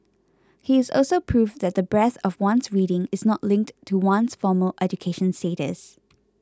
he is also proof that the breadth of one's reading is not linked to one's formal education status